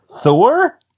Thor